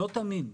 לא תמיד.